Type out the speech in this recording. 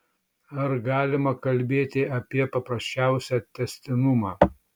ar galima kalbėti apie paprasčiausią tęstinumą